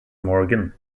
morgan